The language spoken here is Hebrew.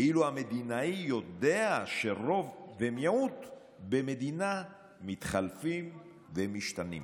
ואילו המדינאי יודע שרוב ומיעוט במדינה מתחלפים ומשתנים.